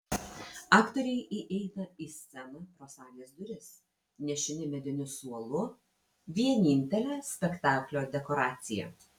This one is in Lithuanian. aktoriai įeina į sceną pro salės duris nešini mediniu suolu vienintele spektaklio dekoracija